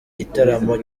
gitaramo